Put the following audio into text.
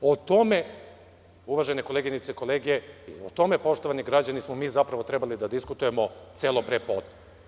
O tome, uvažene koleginice i kolege, i o tome poštovani građani smo mi zapravo trebali da diskutujemo celo pre podne.